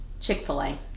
Chick-fil-A